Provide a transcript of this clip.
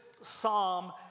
psalm